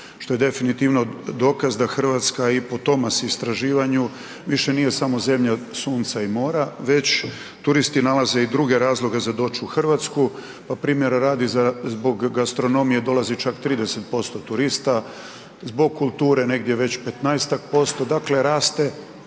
Što je definitivno dokaz da Hrvatska i po Tomas istraživanju više nije samo zemlja sunca i mora već turisti nalaze i druge razloge za doći u Hrvatsku. Pa primjera radi zbog gastronomije dolazi čak 30% turista, zbog kulture negdje već 15-ak%, dakle raste